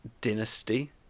dynasty